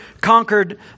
conquered